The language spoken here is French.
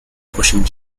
prochaine